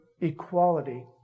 equality